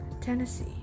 Tennessee